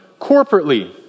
corporately